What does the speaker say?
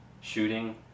shooting